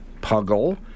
puggle